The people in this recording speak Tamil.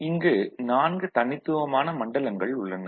இங்கு 4 தனித்துவமான மண்டலங்கள் உள்ளன